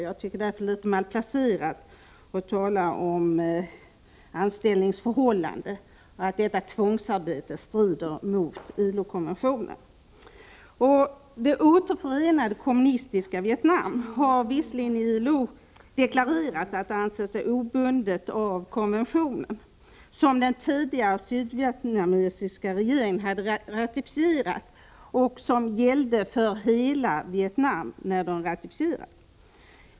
Jag tycker därför att det är litet malplacerat att tala om ”anställningsförhållanden”. Detta tvångsarbete strider mot ILO-konventionen. Det återförenade kommunistiska Vietnam har visserligen i ILO deklarerat att det anser sig obundet av konventionen, som den tidigare sydvietnamesiska regeringen hade ratificerat och som gällde hela Vietnam när konventionen ratificerades.